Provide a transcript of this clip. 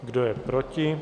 Kdo je proti?